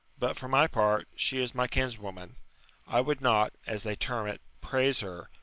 but, for my part, she is my kinswoman i would not, as they term it, praise her,